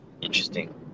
Interesting